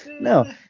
No